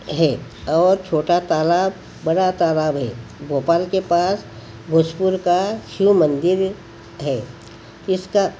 है और छोटा तालाब बड़ा तालाब है भोपाल के पास भोजपुर का शिव मंदिर है इसका